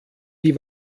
die